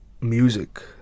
music